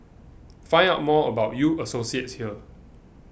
find out more about U Associates here